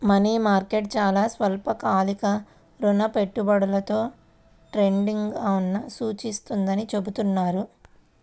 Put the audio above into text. money market చాలా స్వల్పకాలిక రుణ పెట్టుబడులలో ట్రేడింగ్ను సూచిస్తుందని చెబుతున్నారు